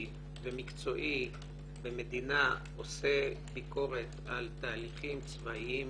ומקצועי במדינה עושה ביקורת על תהליכים צבאיים